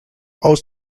aus